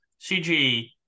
CG